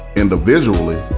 individually